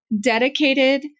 dedicated